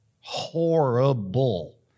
Horrible